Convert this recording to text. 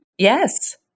Yes